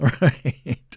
Right